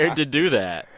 and to do that?